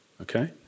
okay